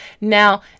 Now